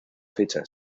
fecha